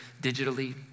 digitally